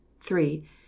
three